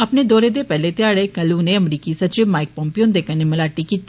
अपने दौरे दे पेहले ध्याडे उनें अमरीकी सचिव माईक पोम्पियो हुन्दे कन्नै मलाटी कीती